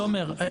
לא, תומר.